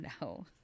no